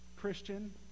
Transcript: Christian